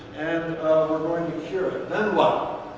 and we're going to cure it. then what?